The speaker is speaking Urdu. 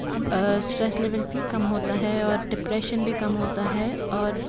اسٹریس لیول بھی کم ہوتا ہے اور ڈپریشن بھی کم ہوتا ہے اور